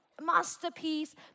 masterpiece